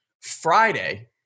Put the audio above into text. Friday